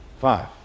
Five